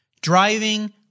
driving